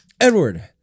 Edward